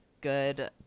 good